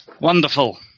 wonderful